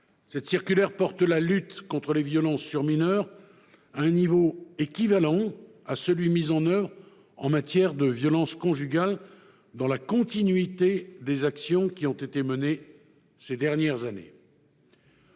Cette circulaire porte la lutte contre les violences sur mineurs à un niveau équivalent à celui mis en oeuvre en matière de violences conjugales, dans la continuité des actions qui ont été menées ces dernières années.